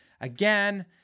Again